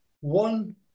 One